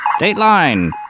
Dateline